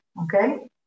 okay